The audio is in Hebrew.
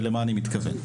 ולמה אני מתכוון?